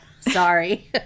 sorry